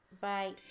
Bye